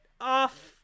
off